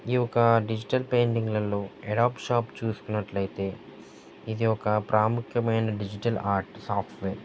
ఈ ఒక డిజిటల్ పెయింటింగ్లలో ఎడాప్ట్ షాప్ చూసుకున్నట్లయితే ఇది ఒక ప్రాముఖ్యమైన డిజిటల్ ఆర్ట్ సాఫ్ట్వేర్